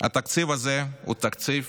התקציב הזה הוא תקציב